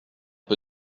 peu